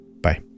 Bye